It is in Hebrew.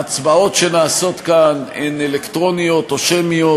ההצבעות כאן הן אלקטרוניות או שמיות,